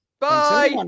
Bye